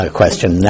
question